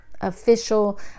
official